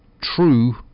true